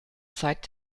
zeit